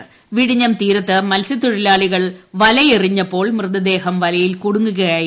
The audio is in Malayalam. രാവിലെ തീരത്ത് മത്സ്യത്തൊഴിലാളികൾ വലയെറ്റിഞ്ഞുപ്പോൾ മൃതദേഹം വലയിൽ കുടുങ്ങുകയായിരുന്നു